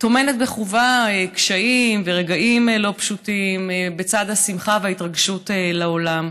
טומנת בחובה קשיים ורגעים לא פשוטים בצד השמחה וההתרגשות לעולם.